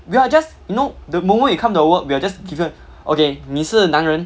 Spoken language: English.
we're just you know the moment you come to the world we are just given okay 你是男人